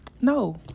No